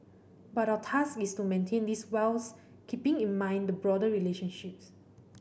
but our task is to maintain this whilst keeping in mind the broader relationships